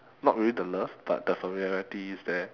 not really the love but the familiarity is there